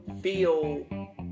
feel